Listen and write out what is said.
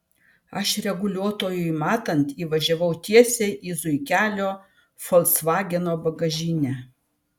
aš reguliuotojui matant įvažiavau tiesiai į zuikelio folksvageno bagažinę